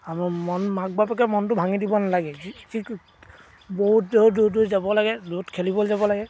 আৰু মন মাক বাপকে মনটো ভাঙি দিব নালাগে যিটো বহুত দূৰৰ দূৰ দূৰ যাব লাগে দূৰত খেলিবলৈ যাব লাগে